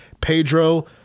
Pedro